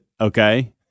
okay